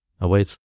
awaits